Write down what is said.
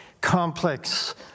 complex